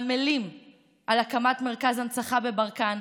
עמלים על הקמת מרכז הנצחה בברקן,